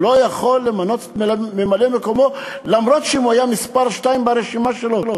הוא לא יכול למנות את ממלא-מקומו למרות שהוא היה מספר שתיים ברשימה שלו,